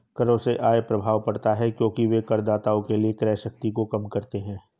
करों से आय प्रभाव पड़ता है क्योंकि वे करदाताओं के लिए क्रय शक्ति को कम करते हैं